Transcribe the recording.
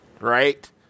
right